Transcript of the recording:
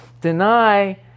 Deny